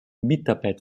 mitarbeit